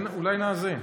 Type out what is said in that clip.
אולי נאזין.